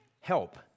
help